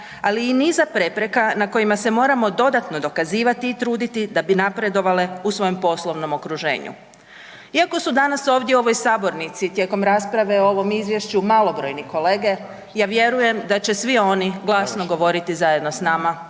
ali i niza prepreka na kojima se moramo dodatno dokazivati i truditi da bi napredovale u svojem poslovnom okruženju. Iako su danas ovdje u ovoj sabornici tijekom rasprave o ovom izvješću malobrojni kolege, ja vjerujem da će svi oni glasno govoriti zajedno s nama